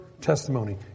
testimony